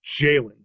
Jalen